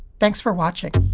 thanks for watching.